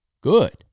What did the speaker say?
Good